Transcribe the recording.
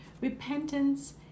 Repentance